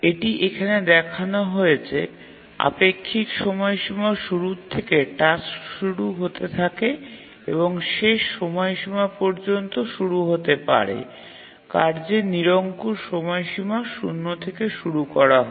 এটি এখানে দেখানো হয়েছে আপেক্ষিক সময়সীমা শুরুর থেকে টাস্ক শুরু হতে থাকে এবং শেষ সময়সীমা পর্যন্ত শুরু হতে পারে কার্যের নিরঙ্কুশ সময়সীমা শূন্য থেকে শুরু হয়